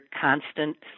constant